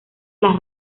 las